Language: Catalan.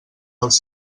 dels